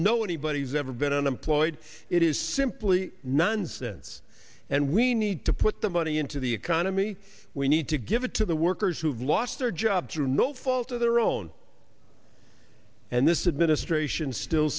know anybody who's ever been unemployed it is simply nonsense and we need to put the money into the economy we need to give it to the workers who have lost their jobs through no fault of their own and this administration still